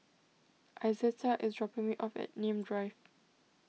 Izetta is dropping me off at Nim Drive